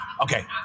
Okay